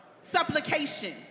Supplication